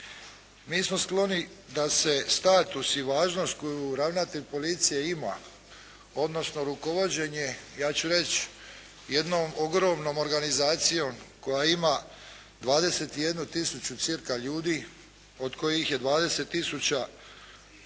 Mi smo skloni da se status i važnost koju ravnatelj policije ima, odnosno rukovođenje, ja ću reći jednom ogromnom organizacijom koja ima 21 tisuću cca. ljudi, od kojih je 20